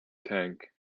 tank